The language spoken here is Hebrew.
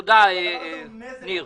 תודה, ניר.